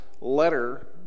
letter